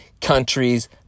countries